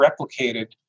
replicated